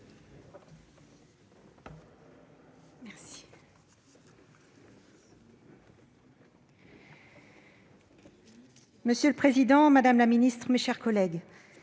Monsieur le président, monsieur le ministre, mes chers collègues,